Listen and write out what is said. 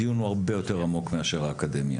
הדיון הרבה יותר עמוק מאשר האקדמיה